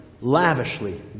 lavishly